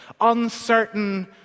Uncertain